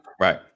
Right